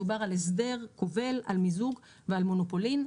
מדובר על הסדר כובל, על מיזוג ועל מונופולין.